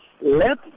let